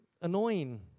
annoying